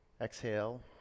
Exhale